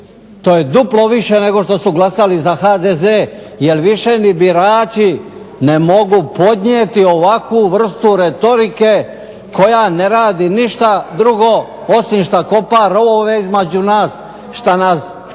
To je duplo više nego što su glasali za HDZ jer više ni birači ne mogu podnijeti ovakvu vrstu retorike koja ne radi ništa drugo osim što kopa rovove između nas, što budi